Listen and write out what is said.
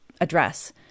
address